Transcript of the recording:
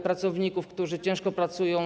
pracowników, którzy ciężko pracują.